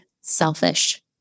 selfish